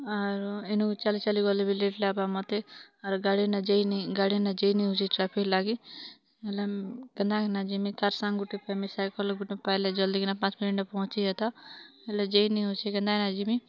ଆର୍ ଏଣୁ ଚାଲି ଚାଲି ଗଲେ ବି ଲେଟ ଲାଗ୍ ବା ମୋତେ ଆର୍ ଗାଡ଼ି ନା ଯେଇ ନି ଗାଡ଼ି ନା ଯେଇ ନି ହଉଛି ଟ୍ରାଫିକ୍ ଲାଗି ହେଲେ କେନ୍ତା କେନ୍ତା ଯିମି କାର୍ ସାଙ୍ଗ୍ କଇମି ଗୋଟେ ସାଇକେଲ୍ ଗୁଟେ ପାଇଲେ ଜଲଦି କିନା ପାଞ୍ଚ୍ ମିନଟ୍ ରେ ପହଞ୍ଚି ଯାତ ହେଲେ ଯେଇ ନି ହଉଛି କେନ୍ତା ନା ଯିମି